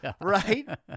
right